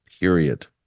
period